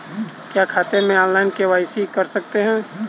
क्या खाते में ऑनलाइन के.वाई.सी कर सकते हैं?